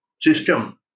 system